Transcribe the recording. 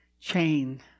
chain